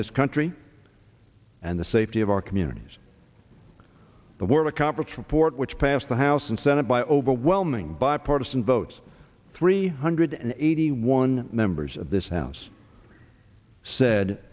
this country and the safety of our communities the world a conference report which passed the house and senate by overwhelming bipartisan votes three hundred eighty one members of this house said